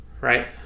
Right